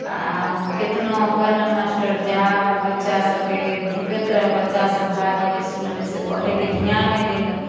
आओर केतनो कहलनि मास्टर जाएब बच्चासभकेँ भुकैत रहल बच्चासभ भए गेल इसकुल सबमे पढ़ैके धिआन नहि देलक